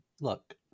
Look